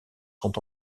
sont